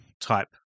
type